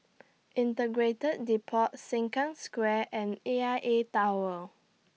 Integrated Depot Sengkang Square and A I A Tower